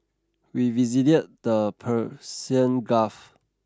we visited the Persian Gulf